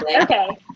okay